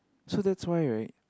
so that's why right